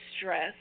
stress